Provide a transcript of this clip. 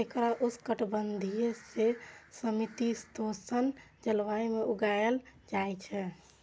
एकरा उष्णकटिबंधीय सं समशीतोष्ण जलवायु मे उगायल जाइ छै